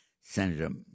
Senator